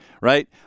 right